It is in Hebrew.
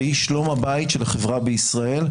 היא שלום הבית של החברה בישראל,